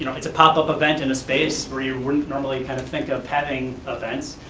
you know it's a pop-up event in a space where you wouldn't normally kind of think of having events.